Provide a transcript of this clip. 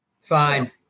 Fine